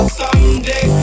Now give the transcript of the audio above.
someday